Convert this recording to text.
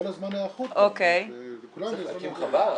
יהיה לו זמן הערכות וכולנו -- צריך להקים חווה,